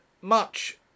much